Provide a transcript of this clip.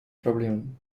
проблемам